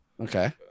Okay